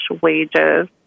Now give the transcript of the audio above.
wages